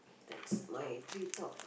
that's my three top